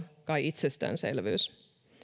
kai olla itsestäänselvyys